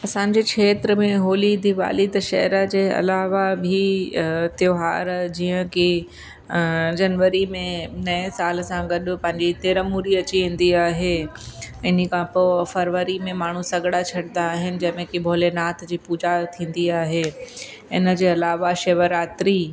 असांजे क्षेत्र में होली दीवाली दशहरा जे अलावा बि त्योहार जीअं कि जनवरी में नएं साल सां गॾु पंहिंजी तिरमूरी अची वेंदी आहे इन्हीअ खां पोइ फ़रवरी में माण्हूं सॻिड़ा छॾंदा आहिनि जंहिं में कि भोलेनाथ जी पूॼा थींदी आहे इन जे अलावा शिवरात्री